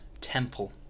temple